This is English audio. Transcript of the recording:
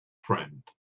friend